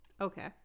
okay